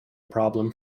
problem